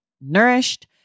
nourished